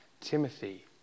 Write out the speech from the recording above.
Timothy